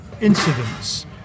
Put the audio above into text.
incidents